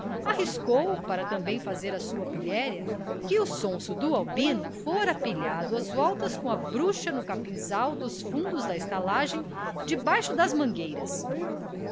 arriscou para também fazer a sua pilhéria que o sonso do albino fora pilhado às voltas com a bruxa no capinzal dos fundos da estalagem debaixo das mangueiras